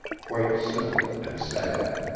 quite simple and sad.